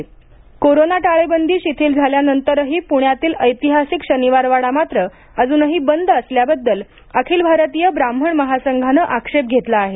शनिवार वाडा कोरोना टाळेबंदी शिथिल झाल्यानंतरही पुण्यातील ऐतिहासिक शनिवारवाडा मात्र अजूनही बंद असल्याबद्दल अखिल भारतीय ब्राह्मण महासंघानं आक्षेप घेतला आहे